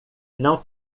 não